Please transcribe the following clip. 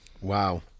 Wow